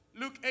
Luke